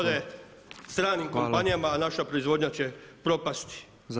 ode stranim kompanijama, a naša proizvodnja će propasti